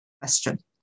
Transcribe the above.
question